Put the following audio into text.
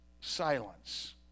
silence